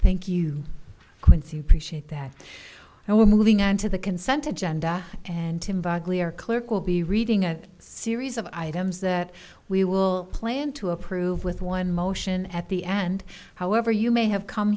thank you quincy appreciate that and we're moving on to the consented genda and tim buckley or clerk will be reading a series of items that we will plan to approve with one motion at the end however you may have come